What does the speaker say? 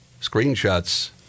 Screenshots